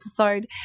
episode